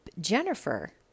Jennifer